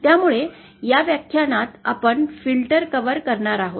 त्यामुळे या व्याख्यानात आपण फिल्टर कव्हर करणार आहोत